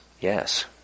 Yes